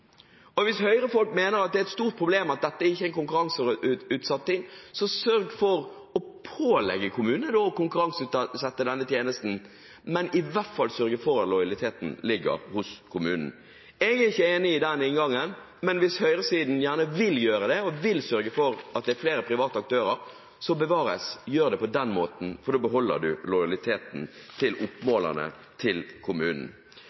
Hvis høyrefolk mener at det er et stort problem at dette ikke er konkurranseutsatt, så sørg for å pålegge kommunene å konkurranseutsette denne tjenesten, og sørg i hvert fall for at lojaliteten ligger hos kommunen. Jeg er ikke enig i den inngangen, men hvis høyresiden gjerne vil sørge for at det er flere private aktører, så – bevares – gjør det på den måten, for da beholder vi lojaliteten til oppmålerne til kommunen.